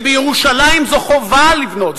בירושלים זו חובה לבנות,